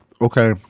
Okay